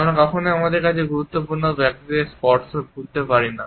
আমরা কখনই আমাদের কাছে গুরুত্বপূর্ণ ব্যক্তিদের স্পর্শ ভুলতে পারি না